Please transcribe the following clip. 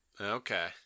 Okay